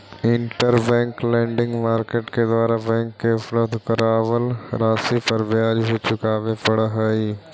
interbank lending market के द्वारा bank के उपलब्ध करावल राशि पर ब्याज भी चुकावे पड़ऽ हइ